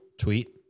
tweet